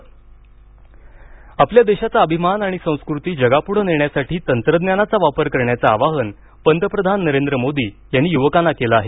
प्रवासी भारतीय दिवस आपल्या देशाचा अभिमान आणि संस्कृती जगापुढे नेण्यासाठी तंत्रज्ञानाचा वापर करण्याचं आवाहन पंतप्रधान नरेंद्र मोदी यांनी युवकांना केलं आहे